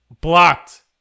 blocked